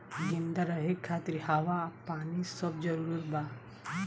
जिंदा रहे खातिर हवा आ पानी सब जरूरी बा